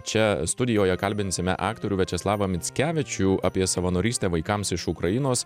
čia studijoje kalbinsime aktorių viačeslavą mickevičių apie savanorystę vaikams iš ukrainos